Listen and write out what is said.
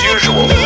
Usual